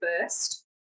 first